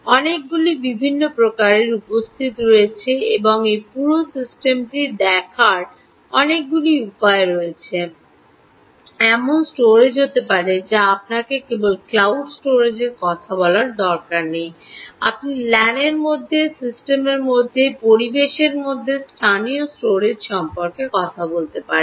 অনেকগুলি বিভিন্ন প্রকারের উপস্থিতি রয়েছে এই পুরো সিস্টেমটি দেখার অনেকগুলি উপায় রয়েছে এমন স্টোরেজ হতে পারে যা আপনাকে কেবল ক্লাউড স্টোরেজের কথা বলার দরকার নেই আপনি ল্যানের মধ্যে সিস্টেমের মধ্যে পরিবেশের মধ্যে স্থানীয় স্টোরেজ সম্পর্কে কথা বলতে পারেন